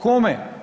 Kome?